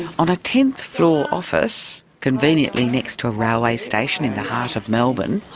on a tenth floor office, conveniently next to a railway station in the heart of melbourne,